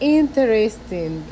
interesting